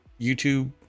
youtube